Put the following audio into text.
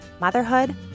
motherhood